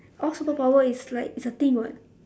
all superpower is like it's a [what]